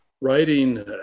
writing